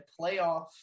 playoff